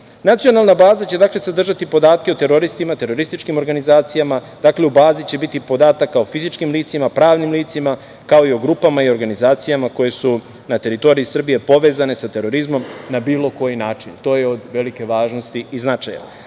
baza će sadržati podatke o teroristima, terorističkim organizacijama. U bazi će biti podataka o fizičkim licima, pravnim licima, kao i o grupama i organizacijama koje su na teritoriji Srbije povezane sa terorizmom na bilo koji način. To je od velike važnosti i značaja. Smatram